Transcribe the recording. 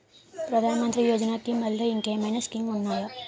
ప్రధాన మంత్రి యోజన కి మల్లె ఇంకేమైనా స్కీమ్స్ ఉన్నాయా?